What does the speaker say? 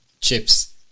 chips